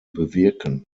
bewirken